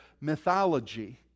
mythology